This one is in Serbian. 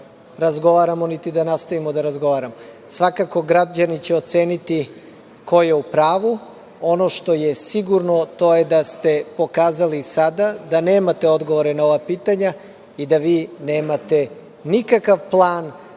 da razgovaramo, niti da nastavimo da razgovaramo. Svakako, građani će oceniti ko je u pravu. Ono što je sigurno, to je da ste pokazali sada da nemate odgovore na ova pitanja i da nemate nikakav plan